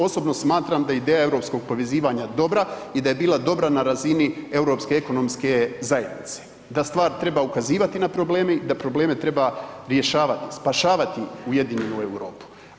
Osobno smatram da je ideja europskog povezivanja dobra i da je bila dobra na razini Europske ekonomske zajednice, da stvar treba ukazivati na probleme i da probleme treba rješavati, spašavati ujedinjenu Europu.